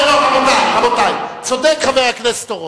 רבותי, צודק חבר הכנסת אורון.